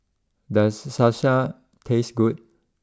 does Salsa taste good